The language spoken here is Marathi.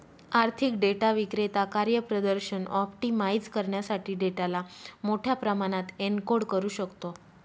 आर्थिक डेटा विक्रेता कार्यप्रदर्शन ऑप्टिमाइझ करण्यासाठी डेटाला मोठ्या प्रमाणात एन्कोड करू शकतो